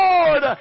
Lord